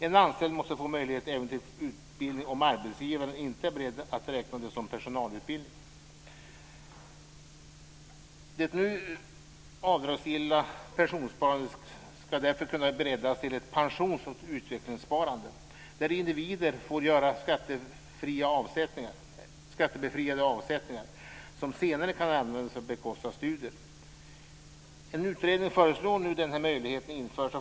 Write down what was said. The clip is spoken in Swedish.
En anställd måste få möjlighet till utbildning även om arbetsgivaren inte är beredd att räkna den som personalutbildning. Det nuvarande avdragsgilla pensionssparandet ska därför kunna breddas till ett pensions och utvecklingssparande, där individer får göra skattebefriade avsättningar som senare kan användas för att bekosta studier. En utredning föreslår nu att den här möjligheten införs.